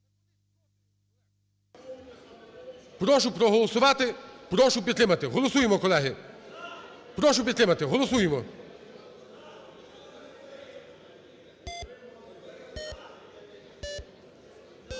Прошу проголосувати, прошу підтримати. Голосуємо, колеги. Прошу підтримати. Голосуємо.